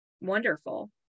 wonderful